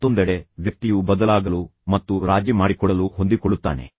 ಮತ್ತೊಂದೆಡೆ ವ್ಯಕ್ತಿಯು ಬದಲಾಗಲು ಮತ್ತು ರಾಜಿ ಮಾಡಿಕೊಳ್ಳಲು ಹೊಂದಿಕೊಳ್ಳುತ್ತಾನೆ